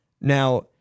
Now